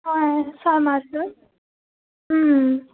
হয় ছয় মাৰ্চৰ